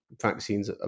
vaccines